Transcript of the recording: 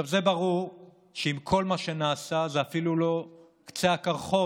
זה ברור שעם כל מה שנעשה זה אפילו לא קצה הקרחון